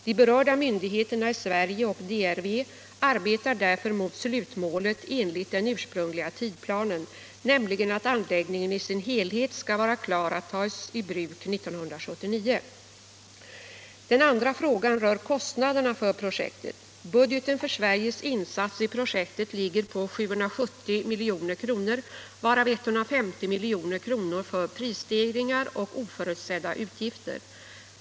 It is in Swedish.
De berörda myndigheterna i Sverige och DRV arbetar därför mot slutmålet enligt den ursprungliga tidsplanen, nämligen att anläggningen i sin helhet skall vara klar att tas i bruk 1979. Den andra frågan rör kostnaderna för projektet. Budgeten för Sveriges insats i projektet ligger på 770 milj.kr., varav 150 milj.kr. för prisstegringar och oförutsedda utgifter.